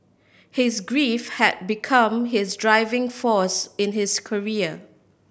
his grief had become his driving force in his career